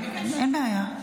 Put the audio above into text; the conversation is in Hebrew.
אין בעיה.